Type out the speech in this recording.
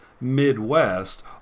Midwest